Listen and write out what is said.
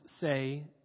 say